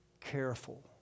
careful